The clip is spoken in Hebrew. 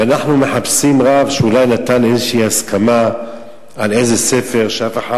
ואנחנו מחפשים רב שאולי נתן איזו הסכמה על איזה ספר שאף אחד,